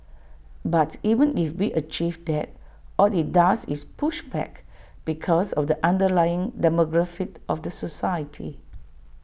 but even if we achieve that all IT does is push back because of the underlying demographic of the society